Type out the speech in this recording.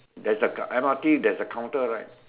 there's a M_R_T there's a counter right